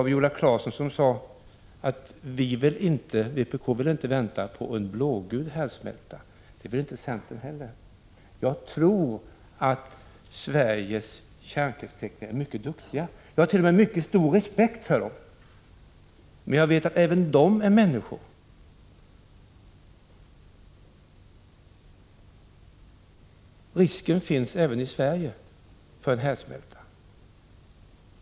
Viola Claesson sade: Vpk vill inte vänta på en blågul härdsmälta. — Det vill inte centern heller. Jag tror att Sveriges kärnkraftstekniker är mycket duktiga. Jag har t.o.m. mycket stor respekt för dem. Men jag vet att även de är människor. Risken för en härdsmälta finns också i Sverige.